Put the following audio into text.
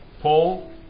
Paul